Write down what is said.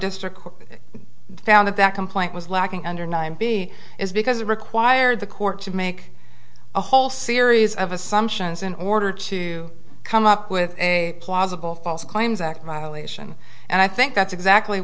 court found that that complaint was lacking under nine b is because it required the court to make a whole series of assumptions in order to come up with a plausible false claims act violation and i think that's exactly